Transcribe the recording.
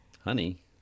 Honey